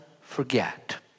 forget